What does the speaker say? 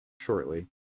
shortly